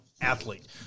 athlete